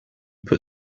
put